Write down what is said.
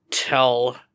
tell